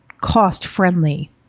cost-friendly